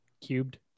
Cubed